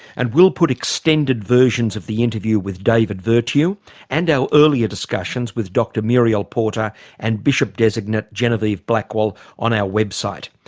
and we'll put extended versions of the interview with david virtue and our earlier discussions with dr muriel porter and bishop designate genieve blackwell on our website,